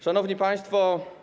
Szanowni Państwo!